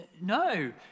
No